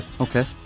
Okay